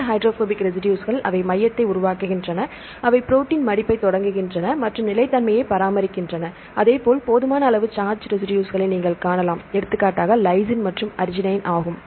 இந்த ஹைட்ரோபோபிக் ரெசிடுஸ்கள் அவை மையத்தை உருவாக்குகின்றன அவை ப்ரோடீன் மடிப்பைத் தொடங்குகின்றன மற்றும் நிலைத்தன்மையைப் பராமரிக்கின்றன அதேபோல் போதுமான அளவு சார்ஜ் ரெசிடுஸ்களை நீங்கள் காணலாம் எடுத்துக்காட்டாக லைசின் மற்றும் அர்ஜினைன் ஆகும்